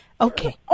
Okay